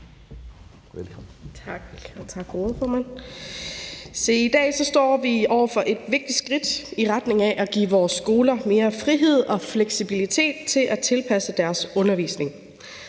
i dag står vi over for et vigtigt skridt i retning af at give vores skoler mere frihed og fleksibilitet til at tilpasse deres undervisning.